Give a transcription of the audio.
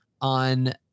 on